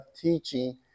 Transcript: teaching